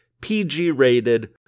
PG-rated